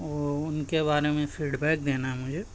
وہ ان کے بارے میں فیڈ بیک دینا ہے مجھے